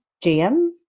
jam